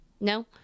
No